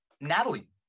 Natalie